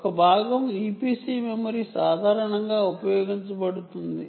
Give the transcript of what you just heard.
సాధారణంగా చాలా అనువర్తనాలలో ఇపిసి మెమరీ ఉపయోగించబడుతుంది